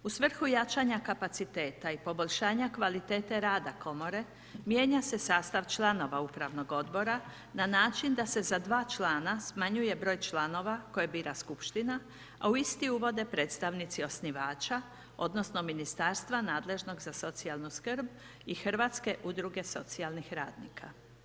U svrhu jačanja kapaciteta i poboljšanja kvalitete rada komore mijenja se sastav članova upravnog odbora na način da se za dva člana smanjuje broj članova koje bira skupština a u isti uvode predstavnici osnivača, odnosno Ministarstva nadležnost za socijalnu skrb i Hrvatske udruge socijalnih radnika.